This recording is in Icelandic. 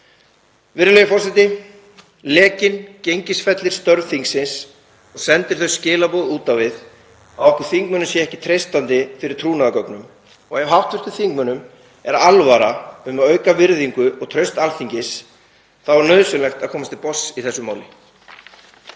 Virðulegi forseti. Lekinn gengisfellir störf þingsins og sendir þau skilaboð út á við að okkur þingmönnum sé ekki treystandi fyrir trúnaðargögnum. Og ef hv. þingmönnum er alvara um að auka virðingu og traust Alþingis þá er nauðsynlegt að komast til botns í þessu máli.